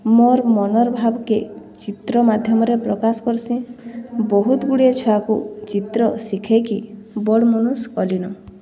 ମୋର ମନର୍ ଭାବ୍କେ ଚିତ୍ର ମାଧ୍ୟମ୍ରେ ପ୍ରକାଶ୍ କର୍ସିଁ ବହୁତ୍ ଗୁଡ଼ିଏ ଛୁଆକୁ ଚିତ୍ର ଶିଖେଇକି ବଡ଼୍ ମନୁଷ୍ କଲିନ